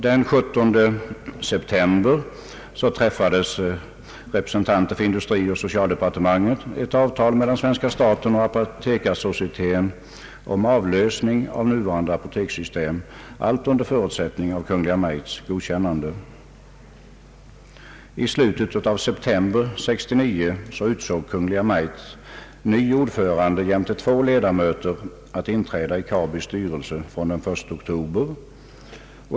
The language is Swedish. Den 17 september träffade representanter för industridepartementet och socialdepartementet ett avtal för svenska staten med Apotekarsocieteten om avlösning av nuvarande apotekssystem, allt under förutsättning av Kungl. Maj:ts godkännande. I slutet av september 1969 utsåg Kungl. Maj:t ny ordförande jämte två ledamöter att inträda i Kabis styrelse från den 1 oktober.